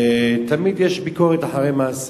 ותמיד יש ביקורת אחרי מעשה.